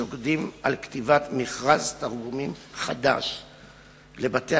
שוקדים על כתיבת מכרז תרגומים חדש לבתי-המשפט,